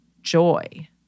joy